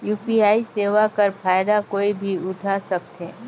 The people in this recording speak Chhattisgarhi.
यू.पी.आई सेवा कर फायदा कोई भी उठा सकथे?